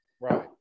Right